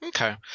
Okay